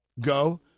Go